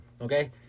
okay